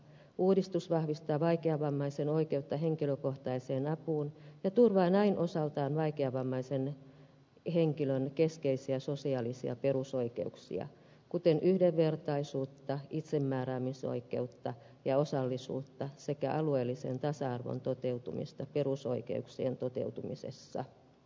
uudistus vahvistaa vaikeavammaisen oikeutta henkilökohtaiseen apuun ja turvaa näin osaltaan vaikeavammaisen henkilön keskeisiä sosiaalisia perusoikeuksia kuten yhdenvertaisuutta itsemääräämisoikeutta ja osallisuutta sekä alueellisen tasa arvon toteutumista perusoikeuksien toteutumisessa